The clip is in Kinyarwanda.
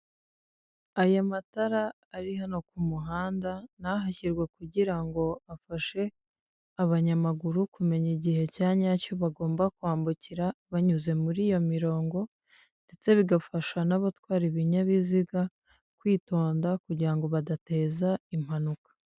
Aya matara ari hano ku muhanda, ni ahashyirwa kugira ngo afashe abanyamaguru, kumenya igihe cya nyacyo bagomba kwambukira banyuze muri iyo mirongo, ndetse bigafasha n'abatwara ibinyabiziga, kwitonda kugirango badateza impanuka.